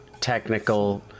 technical